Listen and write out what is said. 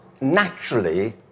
naturally